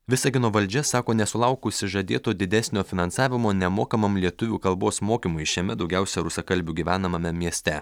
visagino valdžia sako nesulaukusi žadėto didesnio finansavimo nemokamam lietuvių kalbos mokymui šiame daugiausia rusakalbių gyvenamame mieste